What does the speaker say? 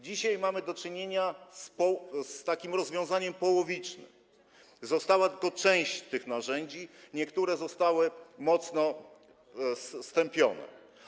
Dzisiaj mamy do czynienia z takim rozwiązaniem połowicznym: została tylko część tych narzędzi, niektóre zostały mocno stępione.